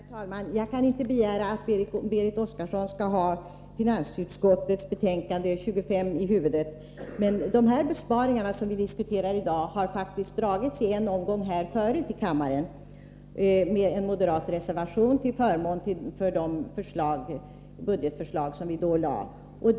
Herr talman! Jag kan inte begära att Berit Oscarsson skall ha finansutskottets betänkande 25 i huvudet. De besparingar som vi diskuterar i dag har faktiskt dragits en gång tidigare här i kammaren med anledning av en moderat reservation för de budgetförslag som vi då lade fram.